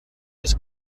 his